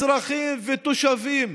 אזרחים ותושבים